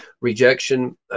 rejection